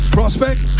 Prospect